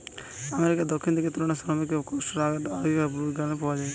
আমেরিকার দক্ষিণ দিকের তুলা শ্রমিকমনকের কষ্টর কথা আগেকিরার ব্লুজ গানে পাওয়া যায়